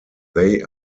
they